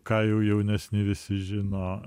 ką jau jaunesni visi žino